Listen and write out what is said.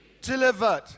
delivered